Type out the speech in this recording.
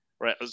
right